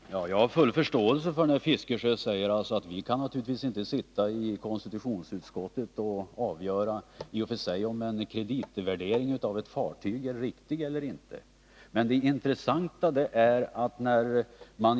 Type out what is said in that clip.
Herr talman! Jag har full förståelse för Bertil Fiskesjös påpekande att Onsdagen den ledamöterna i konstitutionsutskottet inte kan avgöra om en kreditvärdering 20 maj 1981 av ett fartyg är riktig eller ej.